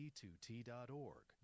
T2T.org